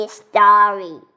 story